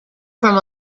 from